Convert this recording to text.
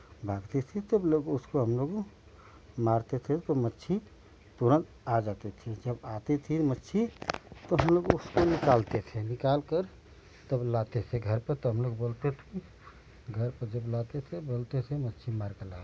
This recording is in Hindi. भागती थी तब लोग उसको हम लोग मारते थे तो मच्छी तुरंत आ जाती थी जब आती थी मच्छी तो हम लोग उसको निकालते थे निकालकर तब लाते थे घर पर तो हम लोग बोलते थे घर पे जब लाते थे बोलते थे मच्छी मारकर लाए हैं